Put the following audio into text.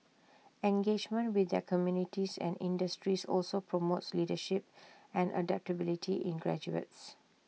engagement with their communities and industries also promotes leadership and adaptability in graduates